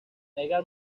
edgar